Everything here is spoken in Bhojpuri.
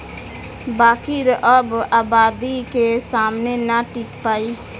बाकिर अब आबादी के सामने ना टिकी पाई